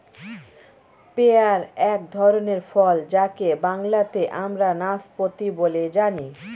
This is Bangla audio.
পেয়ার এক ধরনের ফল যাকে বাংলাতে আমরা নাসপাতি বলে জানি